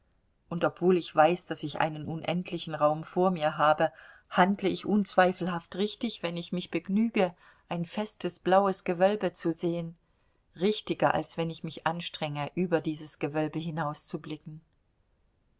und obwohl ich weiß daß ich einen unendlichen raum vor mir habe handle ich unzweifelhaft richtig wenn ich mich begnüge ein festes blaues gewölbe zu sehen richtiger als wenn ich mich anstrenge über dieses gewölbe